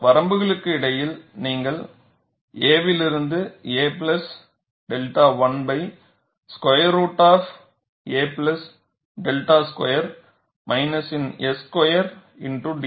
வரம்புகளுக்கு இடையில் நீங்கள் a விலிருந்து a plus 𝛅 1 square root of a 𝛅 square மைனஸின் sஸ்கொயர் X ds